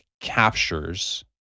captures